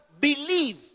believe